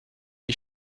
die